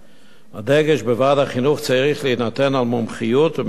הדגש בוועד החינוך צריך להינתן על מומחיות ומקצועיות,